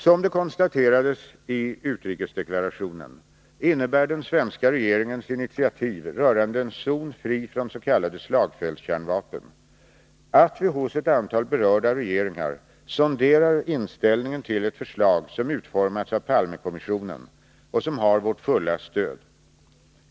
Som det konstaterades i utrikesdeklarationen innebär den svenska regeringens initiativ rörande en zon fri från s.k. slagfältskärnvapen att vi hos ett antal berörda regeringar sonderar inställningen till ett förslag som utformats av Palmekommissionen och som har vårt fulla stöd.